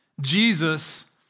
Jesus